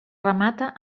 remata